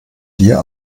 dir